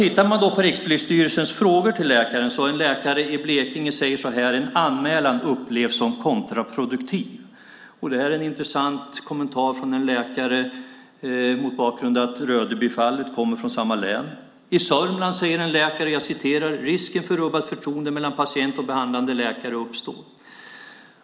I samband med Rikspolisstyrelsens frågor till läkare säger en läkare i Blekinge så här: En anmälan upplevs som kontraproduktiv. Det är en intressant kommentar från en läkare mot bakgrund av att Rödebyfallet kommer från samma län. I Sörmland säger en läkare: Risken för ett rubbat förtroende mellan patient och behandlande läkare uppstår.